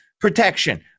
protection